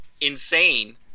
Insane